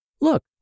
look